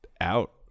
out